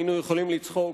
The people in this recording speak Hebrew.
היינו יכולים לצחוק.